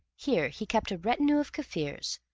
here he kept a retinue of kaffirs,